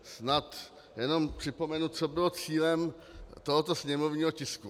Snad jenom připomenu, co bylo cílem tohoto sněmovního tisku.